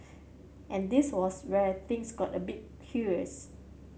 and this was where things got a bit curious